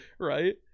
right